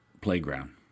playground